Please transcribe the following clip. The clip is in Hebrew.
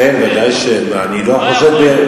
אין, ודאי שאין, לא יכול להיות.